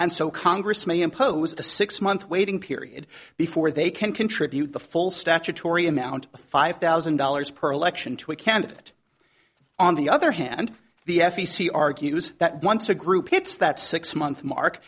and so congress may impose a six month waiting period before they can contribute the full statutory amount of five thousand dollars per election to a candidate on the other hand the f e c argues that once a group gets that six month mark